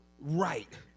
Right